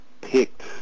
picked